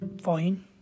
fine